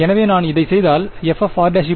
எனவே நான் இதை செய்தால் f r